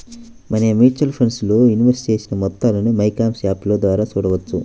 మనం mutual funds లో invest చేసిన మొత్తాలను మైక్యామ్స్ యాప్ ద్వారా చూడవచ్చు